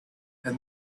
and